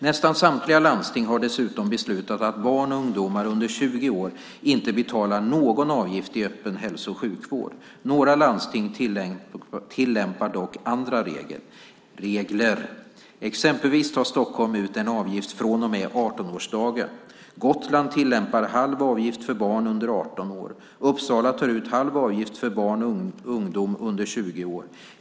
Nästan samtliga landsting har dessutom beslutat att barn och ungdomar under 20 år inte betalar någon avgift i öppen hälso och sjukvård. Några landsting tillämpar dock andra regler. Exempelvis tar Stockholm ut en avgift från och med 18-årsdagen. Gotland tillämpar halv avgift för barn under 18 år. Uppsala tar ut halv avgift för barn och ungdom under 20 år.